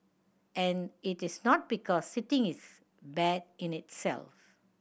and it is not because sitting is bad in itself